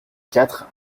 quatre